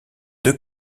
deux